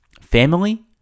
family